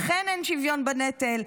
אכן אין שוויון בנטל,